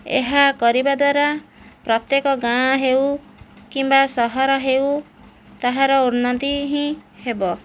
ଏହା କରିବାଦ୍ଵାରା ପ୍ରତ୍ୟେକ ଗାଁ ହେଉ କିମ୍ବା ସହର ହେଉ ତାହାର ଉନ୍ନତି ହିଁ ହେବ